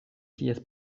ties